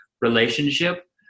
relationship